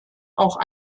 auch